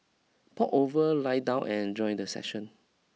pop over lie down and enjoy the session